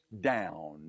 down